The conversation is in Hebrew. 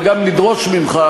וגם לדרוש ממך,